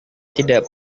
tidak